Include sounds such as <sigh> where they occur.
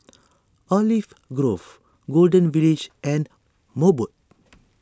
Olive Grove Golden Village and Mobot <noise>